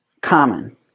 common